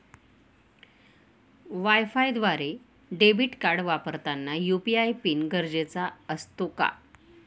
वायफायद्वारे debit card वापरताना UPI PIN गरजेचा असतो का?